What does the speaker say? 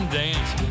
dance ¶¶¶